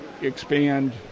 expand